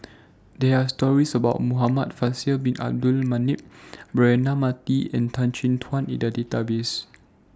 There Are stories about Muhamad Faisal Bin Abdul Manap Braema Mathi and Tan Chin Tuan in The Database